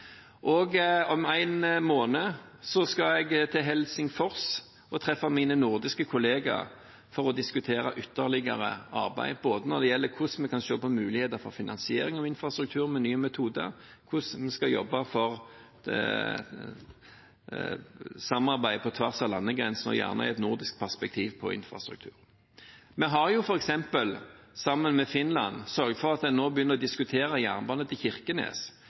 det. Om en måned skal jeg til Helsingfors og treffe mine nordiske kollegaer for å diskutere ytterligere arbeid både når det gjelder hvordan vi kan se på muligheter for finansiering av infrastruktur med nye metoder, hvordan vi skal jobbe for samarbeid på tvers av landegrensene, og gjerne i et nordisk perspektiv på infrastruktur. Vi har f.eks. sammen med Finland sørget for at en nå begynner å diskutere jernbane til Kirkenes,